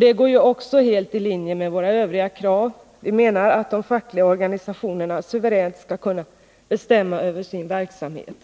Det går också helt i linje med våra övriga krav. Vi menar att de fackliga organisationerna suveränt skall kunna bestämma över sin verksamhet.